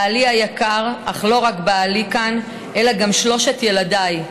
בעלי היקר, אך לא רק בעלי כאן אלא גם שלושת ילדיי,